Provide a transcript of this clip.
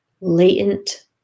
latent